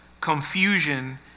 confusion